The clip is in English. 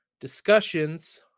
discussions